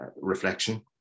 reflection